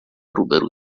روبرو